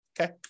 Okay